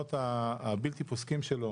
לניסיונות הבלתי פוסקים שלו